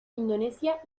indonesia